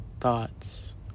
thoughts